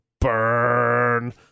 Burn